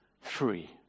free